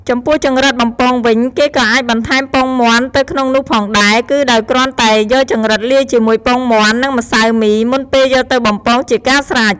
ចំពោះចង្រិតបំពងវិញ គេក៏អាចបន្ថែមពងមាន់ទៅក្នុងនោះផងដែរ គឺដោយគ្រាន់តែយកចង្រិតលាយជាមួយពងមាន់ និងម្សៅមីមុនពេលយកទៅបំពងជាការស្រេច។